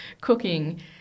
cooking